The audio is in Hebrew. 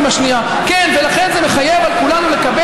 אבל זה לא יכול להיות.